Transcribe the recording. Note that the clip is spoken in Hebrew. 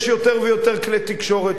יש יותר ויותר כלי תקשורת.